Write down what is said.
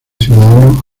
ciudadano